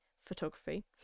photography